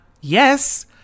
Yes